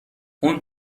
اون